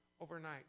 overnight